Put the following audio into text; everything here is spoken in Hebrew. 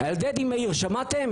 על דדי מאיר שמעתם?